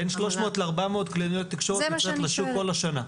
יש בין שלוש מאות לארבע מאות קלינאיות תקשורת יוצאות לשוק כל שנה.